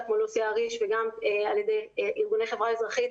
כמו לוסי האריש וגם על ידי ארגוני חברה אזרחית,